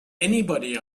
anybody